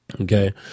Okay